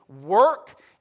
work